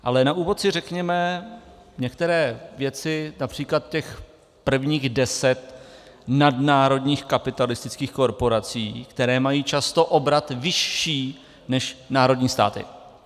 Ale na úvod si řekněme některé věci, například těch prvních deset nadnárodních kapitalistických korporací, které mají často obrat vyšší než národní státy.